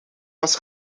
was